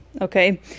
okay